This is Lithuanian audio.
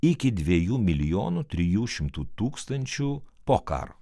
iki dviejų milijonų trijų šimtų tūkstančių po karo